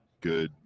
good